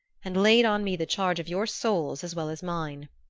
and laid on me the charge of your souls as well as mine.